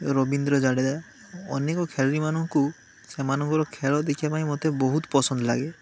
ରବୀନ୍ଦ୍ର ଜାଡ଼େଜା ଅନେକ ଖେଳାଳୀମାନଙ୍କୁ ସେମାନଙ୍କର ଖେଳ ଦେଖିବା ପାଇଁ ମତେ ବହୁତ ପସନ୍ଦ ଲାଗେ